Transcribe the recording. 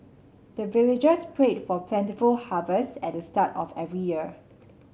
the villagers pray for plentiful harvest at the start of every year